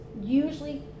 Usually